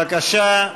בבקשה,